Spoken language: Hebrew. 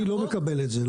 אני לא מקבל את זה.